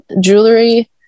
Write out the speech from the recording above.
jewelry